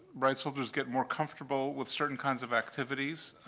rights-holders get more comfortable with certain kinds of activities.